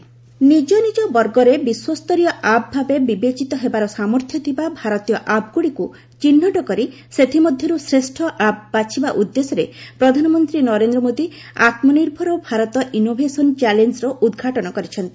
ଆତ୍ନନିର୍ଭର ଭାରତ ନିଜ ନିଜ ବର୍ଗରେ ବିଶ୍ୱସ୍ତରୀୟ ଆପ୍ ଭାବେ ବିବେଚିତ ହେବାର ସାମର୍ଥ୍ୟ ଥିବା ଭାରତୀୟ ଆପ୍ଗୁଡ଼ିକୁ ଚିହ୍ନଟ କରି ସେଥିମଧ୍ୟରୁ ଶ୍ରେଷ୍ଠ ଆପ୍ ବାଛିବା ଉଦ୍ଦେଶ୍ୟରେ ପ୍ରଧାନମନ୍ତ୍ରୀ ନରେନ୍ଦ୍ର ମୋଦୀ ଆତ୍ମନିର୍ଭର ଭାରତ ଇନୋଭେସନ୍ ଚ୍ୟାଲେଞ୍ଜ ର ଉଦ୍ଘାଟନ କରିଛନ୍ତି